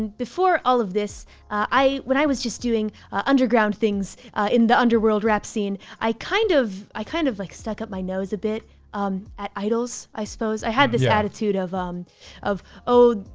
and before all of this, when i was just doing underground things in the underworld rap scene, i kind of i kind of like stuck up my nose a bit at idols, i suppose. i had this attitude of um of oh,